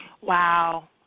Wow